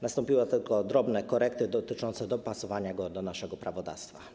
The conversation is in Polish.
Nastąpiły tylko drobne korekty, dotyczące dopasowania go do naszego prawodawstwa.